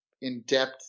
in-depth